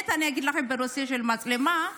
בנושא של המצלמה,